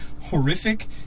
horrific